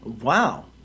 Wow